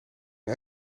een